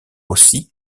aussi